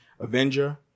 Avenger